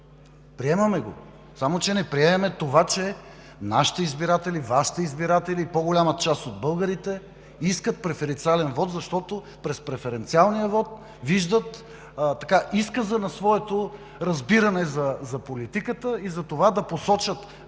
приемаме го. Само че не приемаме това, че нашите избиратели, Вашите избиратели и по голяма част от българите искат преференциален вот, защото през преференциалния вот виждат изказа на своето разбиране за политиката и затова да посочат